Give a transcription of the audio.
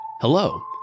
Hello